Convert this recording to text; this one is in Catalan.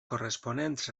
corresponents